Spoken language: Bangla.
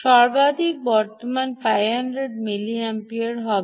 সর্বাধিক বর্তমান 500 মিলিঅ্যাম্পিয়ার হবে